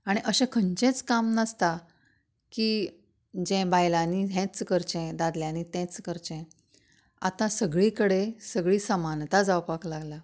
आनी अशें खंयचेंच काम नासता की जें बायलांनी हेंच करचें दादल्यांनी तेंच करचें आतां सगळी कडेन सगळी समानता जावपाक लागल्यात